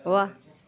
वाह